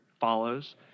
follows